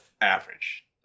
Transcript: average